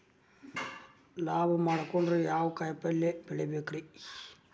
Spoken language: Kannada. ಲಾಭ ಮಾಡಕೊಂಡ್ರ ಯಾವ ಕಾಯಿಪಲ್ಯ ಬೆಳಿಬೇಕ್ರೇ?